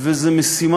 חייב הסדרה, וזאת משימה,